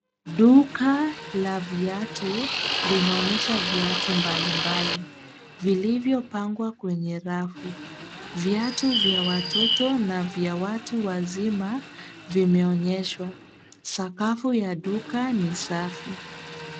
Duka la viatu linaonyesha viatu mbali mbali vilivyopangwa kwenye rafu. Viatu vya watoto na vya watu wazima vimeonyeshwa. Sakafu ya duka ni safi.